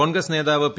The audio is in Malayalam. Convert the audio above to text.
കോൺഗ്രസ് നേതാവ് പി